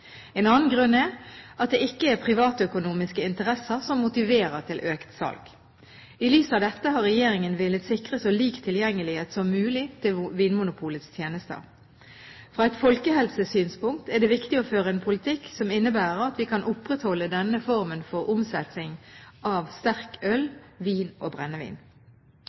En annen grunn er at det ikke er privatøkonomiske interesser som motiverer til økt salg. I lys av dette har regjeringen villet sikre så lik tilgjengelighet som mulig til Vinmonopolets tjenester. Fra et folkehelsesynspunkt er det viktig å føre en politikk som innebærer at vi kan opprettholde denne formen for omsetning av sterkøl, vin og